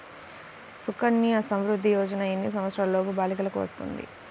సుకన్య సంవృధ్ది యోజన ఎన్ని సంవత్సరంలోపు బాలికలకు వస్తుంది?